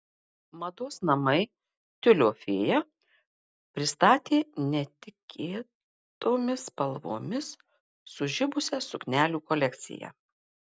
mados namai tiulio fėja pristatė netikėtomis spalvomis sužibusią suknelių kolekciją